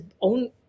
own